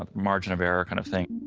um margin of error kind of thing